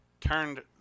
turned